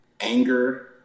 anger